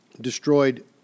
destroyed